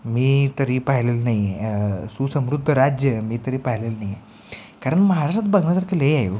मी तरी पाहिलेलं नाही आहे सुसमृद्ध राज्य मी तरी पाहिलेलं नाही आहे कारण महाराष्ट्रात बघण्यासारखे खूप आहे वो